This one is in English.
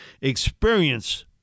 Experience